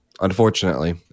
Unfortunately